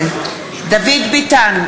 דוד ביטן,